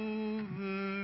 over